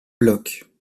blocs